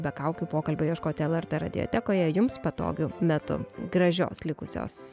be kaukių pokalbio ieškoti lrt radiotekoje jums patogiu metu gražios likusios